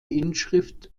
inschrift